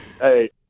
Hey